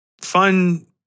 fun